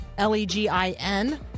L-E-G-I-N